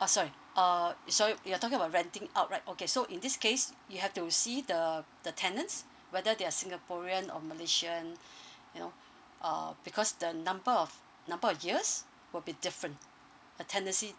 uh sorry uh sorry you're talking about renting out right okay so in this case you have to see the the tenants whether they're singaporean or malaysian you know uh because the number of number of years will be different the tenancy